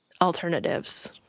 alternatives